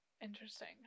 Interesting